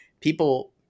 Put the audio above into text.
people